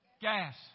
gas